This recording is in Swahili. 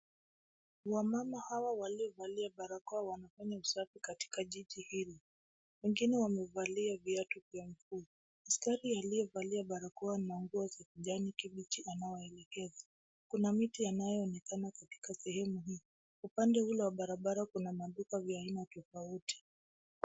Wamama hawa waliovalia barakoa wanafanya usafi katika hili. Wengine wamevalia viatu vya mguu . Askari aliyevalia barakoa na nguo za kijani kibichi anawaelekeza. Kuna miti yanayoonekana katika sehemu hii. Upande ule wa barabara kuna maduka vya aina tofauti.